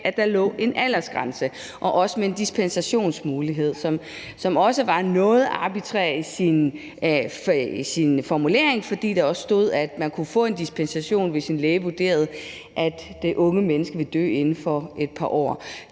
at der lå en aldersgrænse med en dispensationsmulighed, som også var noget arbitrær i sin formulering. For der stod, at man kunne få en dispensation, hvis en læge vurderede, at det unge menneske ville dø inden for et par år.